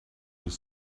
with